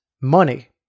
money